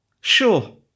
Sure